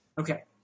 Okay